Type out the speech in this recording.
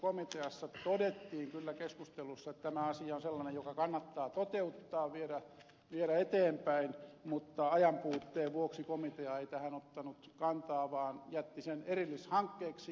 tuossa komiteassa todettiin kyllä keskustelussa että tämä asia on sellainen joka kannattaa toteuttaa viedä eteenpäin mutta ajanpuutteen vuoksi komitea ei tähän ottanut kantaa vaan jätti sen erillishankkeeksi